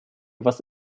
was